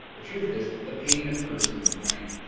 the truth is the pain occurs in your brain.